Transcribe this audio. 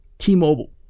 T-Mobile